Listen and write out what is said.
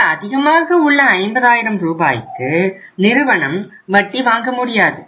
இந்த அதிகமாக உள்ள 50 ஆயிரம் ரூபாய்க்கு நிறுவனம் வட்டி வாங்க முடியாது